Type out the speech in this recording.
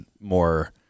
more